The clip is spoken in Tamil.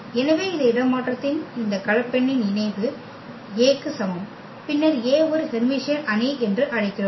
எனவே இந்த இடமாற்றத்தின் இந்த கலப்பெண்ணின் இணைவு A க்கு சமம் பின்னர் A ஒரு ஹெர்மிசியன் அணி என்று அழைக்கிறோம்